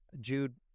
Jude